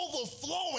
overflowing